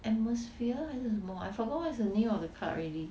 atomosphere 还是什么 I forgot what's the name of the club already